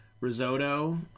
Risotto